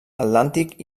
atlàntic